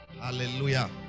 Hallelujah